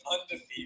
undefeated